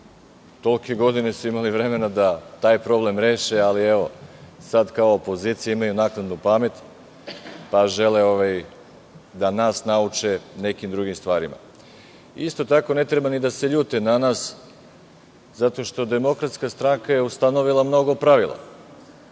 Tolike godine su imali vremena da taj problem reše, a sad kao opozicija imaju naknadnu pamet pa žele da nas nauče nekim drugim stvarima. Isto tako, ne treba ni da se ljute na nas zato što je DS ustanovila mnogo pravila